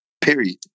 Period